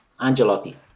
Angelotti